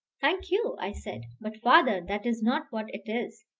thank you, i said but, father, that is not what it is.